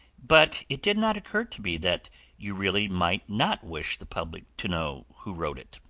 but it did not occur to me that you really might not wish the public to know who wrote it.